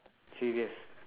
serious